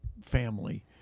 family